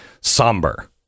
somber